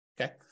Okay